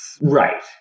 Right